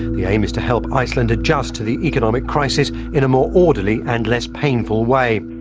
the aim is to help iceland adjust to the economic crisis in a more orderly and less painful way.